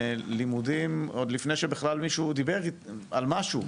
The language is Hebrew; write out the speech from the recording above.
הלימודים עוד לפני שבכלל מישהו דיבר על משהו.